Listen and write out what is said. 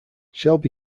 shelby